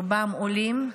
רובם עולים,